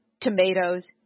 tomatoes